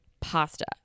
pasta